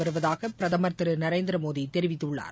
வருவதாக பிரதமர் திரு நரேந்திரமோடி தெரிவித்துள்ளார்